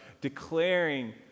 declaring